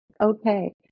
Okay